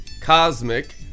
cosmic